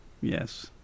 Yes